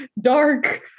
dark